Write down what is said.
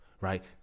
Right